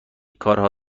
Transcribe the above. کارها